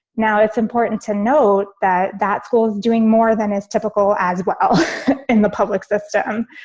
now, it's important to note that that school is doing more than as typical as well in the public system.